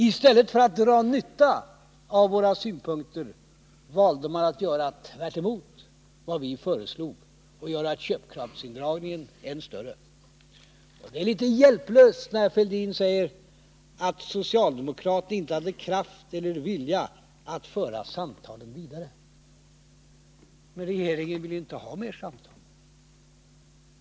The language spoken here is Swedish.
I stället för att dra nytta av våra synpunkter valde man att handla tvärtemot vad vi föreslog och göra köpkraftsindragningen än större. Det är litet hjälplöst när Thorbjörn Fälldin säger att socialdemokraterna inte hade kraft eller vilja att föra samtalen vidare. Men regeringen ville ju inte ha mer samtal.